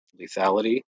lethality